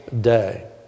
day